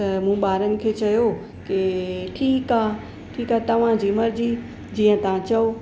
त मूं ॿारनि खे चयो की ठीकु आहे तव्हांजी मर्ज़ी जीअं तां चओ